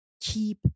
keep